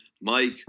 Mike